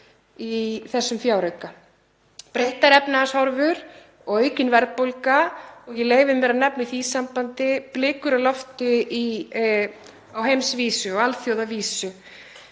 í þessum fjárauka. Breyttar efnahagshorfur og aukin verðbólga, ég leyfi mér að nefna í því sambandi blikur á lofti á heims- og á alþjóðavísu